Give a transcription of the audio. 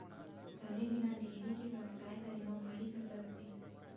जाने बिना डेयरी के बेवसाय करे म भारी खतरा रथे